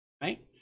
right